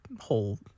whole